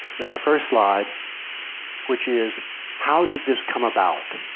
we have our first slide which is how did this come about?